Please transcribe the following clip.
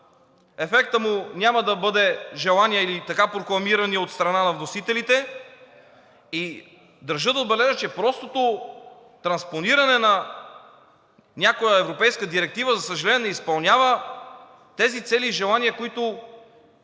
ефектът му няма да бъде желаният или така прокламираният от страна на вносителите и държа да отбележа, че простото транспониране на някоя европейска директива, за съжаление, не изпълнява тези цели и желания, които